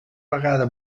vegada